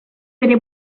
bere